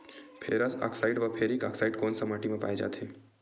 Ferrous oxide व ferric oxide कोन सा माटी म पाय जाथे?